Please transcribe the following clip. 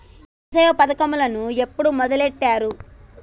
యంత్రసేవ పథకమును ఎప్పుడు మొదలెట్టారు?